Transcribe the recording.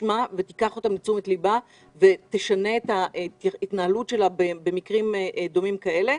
תשמע ותיקח אותם לתשומת ליבה ותשנה את ההתנהלות שלה במקרים דומים לאלה.